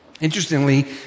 interestingly